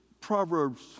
Proverbs